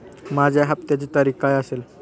माझ्या हप्त्याची तारीख काय असेल?